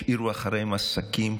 השאירו אחריהם עסקים,